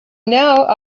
now